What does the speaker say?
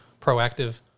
proactive